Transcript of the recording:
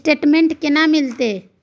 Statement केना मिलते?